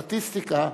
שמבחינת הסטטיסטיקה,